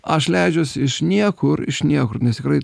aš leidžiuos iš niekur iš niekur nes tikrai